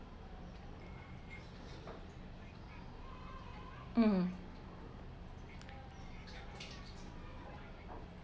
um